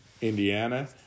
Indiana